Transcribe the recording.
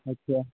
अच्छा